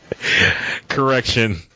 Correction